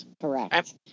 Correct